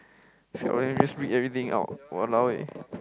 then you just read everything out !walao! eh